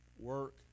work